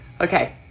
Okay